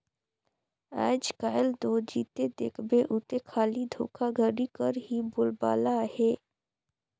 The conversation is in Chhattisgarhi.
आएज काएल दो जिते देखबे उते खाली धोखाघड़ी कर ही बोलबाला अहे